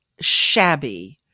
shabby